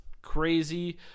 Crazy